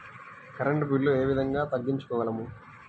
Current bill ఏ విధంగా తగ్గించుకోగలము?